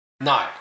No